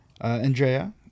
andrea